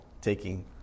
taking